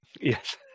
Yes